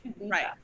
Right